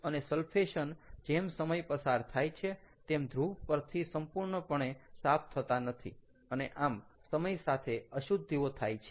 અને સલ્ફેશન જેમ સમય પસાર થાય છે તેમ ધ્રુવ પરથી સંપૂર્ણપણે સાફ થતાં નથી અને આમ સમય સાથે અશુધ્ધિઓ થાય છે